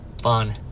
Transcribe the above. fun